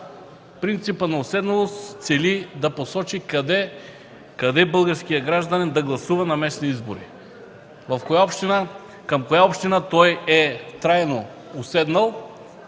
принципът на отседналост цели да посочи къде българският гражданин да гласува на местни избори, към коя община е трайно отседнал.